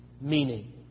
meaning